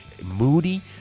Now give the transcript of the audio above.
moody